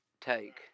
take